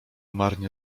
marnie